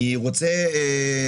אני רוצה לומר,